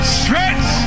stretch